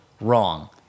Wrong